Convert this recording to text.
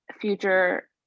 future